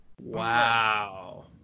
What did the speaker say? wow